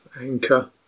anchor